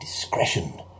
Discretion